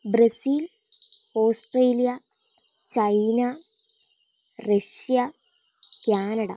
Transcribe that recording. Brazil Australia China Russia Canada